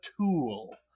tool